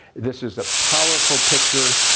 this is a powerful picture.